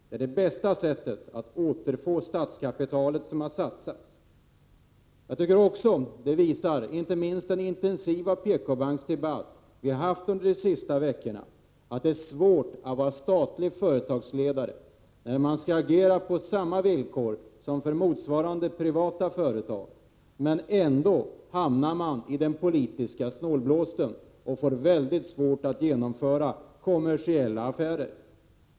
Det är det bästa sättet att återfå det statskapital som har satsats. Inte minst den intensiva PKbanksdebatt vi haft under de senaste veckorna har visat att det är svårt att vara statlig företagsledare när man skall agera på samma sätt som motsvarande privata företag. Ändå hamnar man i den politiska snålblåsten och får mycket svårt att genomföra kommersiella affärer.